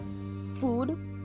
food